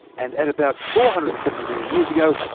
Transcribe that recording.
and at about four hundred and seventy million years ago,